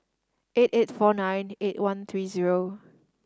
eight eight four nine eight one three zero